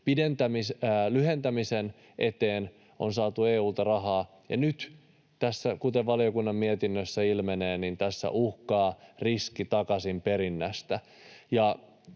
lyhentämisen eteen on saatu EU:lta rahaa, ja nyt, kuten valiokunnan mietinnössä ilmenee, tässä uhkaa riski takaisinperinnästä.